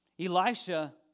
Elisha